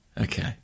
okay